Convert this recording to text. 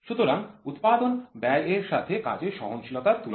সুতরাং উৎপাদন ব্যয় এর সাথে কাজের সহনশীলতার তুলনা